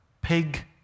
pig